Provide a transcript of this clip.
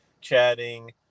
chatting